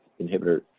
inhibitor